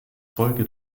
folge